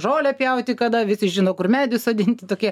žolę pjauti kada visi žino kur medį sodinti tokie